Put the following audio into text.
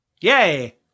Yay